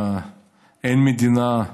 אין מדינה,